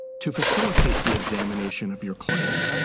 to facilitate the examination of your claim,